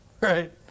right